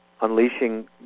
unleashing